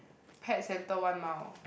pet centre one mile